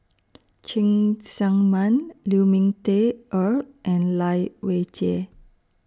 Cheng Tsang Man Lu Ming Teh Earl and Lai Weijie